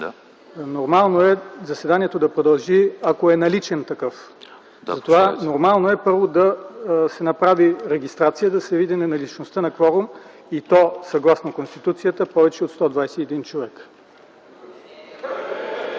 Нормално е заседанието да продължи, ако е наличен такъв. Първо, да се направи регистрация, да се види неналичността на кворум и то съгласно Конституцията – повече от 121 човека.